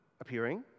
appearing